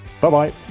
Bye-bye